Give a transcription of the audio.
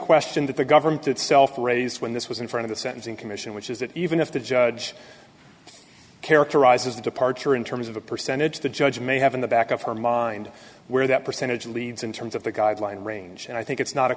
question that the government itself raised when this was in front of the sentencing commission which is that even if the judge characterizes the departure in terms of the percentage the judge may have in the back of her mind where that percentage leads in terms of the guideline range and i think it's not a